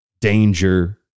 danger